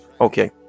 Okay